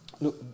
look